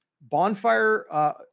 bonfire